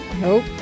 Nope